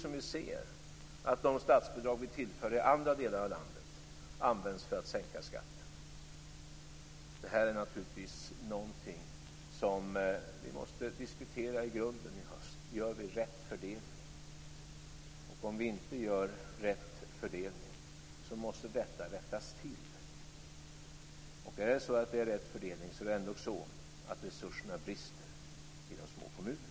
Samtidigt ser vi att de statsbidrag som vi tillför andra delar av landet används för att sänka skatten. Det här är naturligtvis någonting som vi måste diskutera i grunden i höst. Gör vi rätt fördelning? Om vi inte gör rätt fördelning måste detta rättas till. Och om det är rätt fördelning så brister ändå resurserna i de små kommunerna.